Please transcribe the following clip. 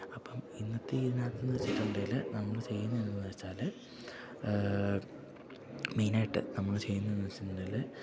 അപ്പം ഇന്നത്തെ ഇതിനകത്തെന്ന് വെച്ചിട്ടുണ്ടെങ്കില് നമ്മള് ചെയ്യുന്നതെന്ന് വെച്ചാല് മെയിനായിട്ട് നമ്മള് ചെയ്യുന്നതെന്ന് വെച്ചിട്ടുണ്ടെങ്കില്